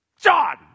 John